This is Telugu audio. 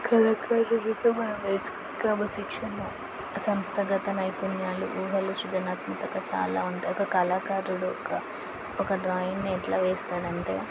కళాకారుడితో మనం నేర్చుకున్న క్రమశిక్షణ సంస్థాగత నైపుణ్యాలు ఊహలు సృజనాత్మకత చాలా ఉంటాయి ఒక కళాకారుడు ఒక డ్రాయింగ్ ఎట్లా వేస్తాడు అంటే